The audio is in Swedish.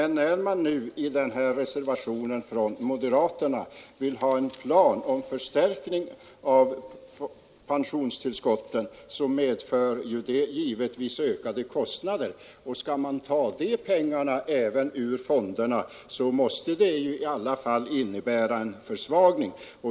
När man i reservationen från moderaterna föreslår en plan för förstärkning av pensionstillskotten, får man givetvis räkna med ökade kostnader. Skall man ta även de pengarna ur fonderna måste det innebära en försvagning.